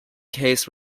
case